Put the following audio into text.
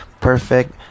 perfect